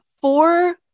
four